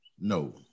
No